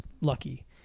lucky